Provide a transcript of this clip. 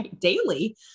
daily